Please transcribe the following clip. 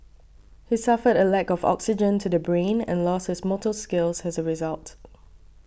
he suffered a lack of oxygen to the brain and lost his motor skills as a result